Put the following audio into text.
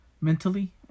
mentally